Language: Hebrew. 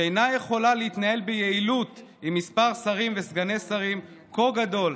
שאינה יכולה להתנהל ביעילות עם מספר שרים וסגני שרים כה גדול,